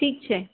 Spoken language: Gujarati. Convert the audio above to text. ઠીક છે